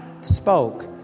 spoke